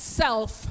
self